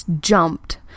jumped